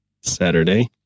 Saturday